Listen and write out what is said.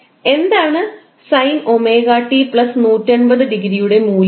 എന്താണ് sin𝜔𝑡 180 യുടെ മൂല്യം